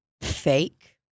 Fake